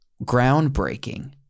groundbreaking